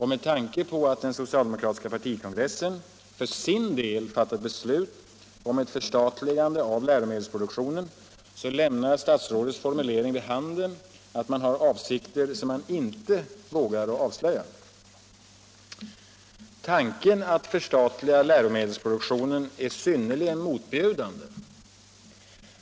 Med tanke på att den socialdemokratiska partikongressen för sin del fattat beslut om ett förstatligande av läromedelsproduktionen lämnar statsrådets formulering vid handen att man har avsikter som man inte vågar avslöja. Tanken att förstatliga läromedelsproduktionen är synnerligen motbjudande.